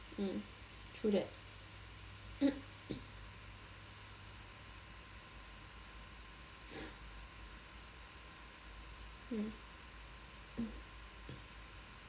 mm true that